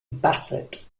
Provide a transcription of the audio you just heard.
bassett